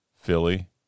Philly